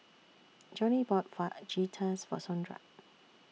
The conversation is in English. Joanie bought Fajitas For Sondra